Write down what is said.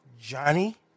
Johnny